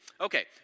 Okay